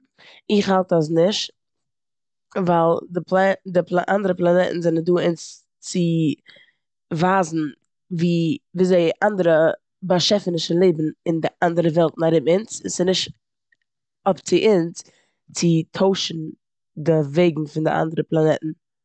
איך האלט אז נישט ווייל די- די אנדערע פלאנעטן זענען דא אונז צו ווייזן ווי- וויאזוי אנדערע באשעפענישן לעבן אין די אנדערע וועלטן ארום אונז און ס'איז נישט אפ צו אונז צו טוישן די וועגן פון די אנדערע פלאנעטן.